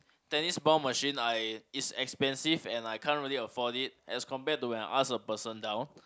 tennis ball machine I is expensive and I can't really afford it as compare to I ask a person down